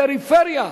הפריפריה,